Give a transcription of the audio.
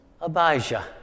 abijah